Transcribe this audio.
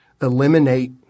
eliminate